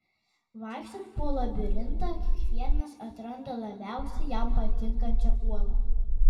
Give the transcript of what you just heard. vaikštant po labirintą kiekvienas atranda labiausiai jam patinkančią uolą